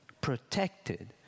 protected